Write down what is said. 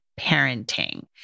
parenting